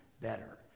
better